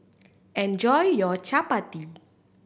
enjoy your Chapati